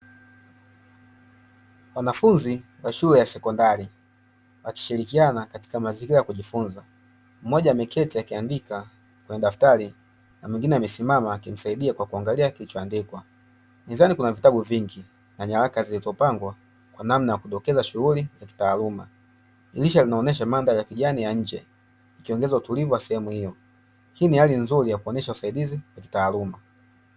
Wanafunzi wa shule ya sekondari, wakishirikiana katika mazingira ya kujifunza mmoja ameketi akiandika kwenye daftari na mwengine amesimama akimsaidia kwa kuangalia kilichoandikwa, mezani kuna vitabu vingi na nyaraka zilizopangwa kwa namna ya kudokeza shughuli ya kitaaluma. Dirisha linaonesha mandhari nzuri ya kijani ya nje ikiongeza utulivu wa sehemu hiyo, hii ni hali nzuri ya kuonesha usaidizi wa kitaaluma.